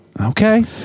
Okay